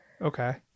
okay